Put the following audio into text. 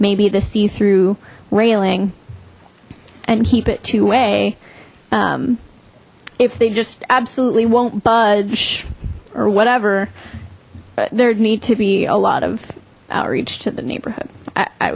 maybe the see through railing and keep it to way if they just absolutely won't budge or whatever but there'd need to be a lot of outreach to the neighborhood i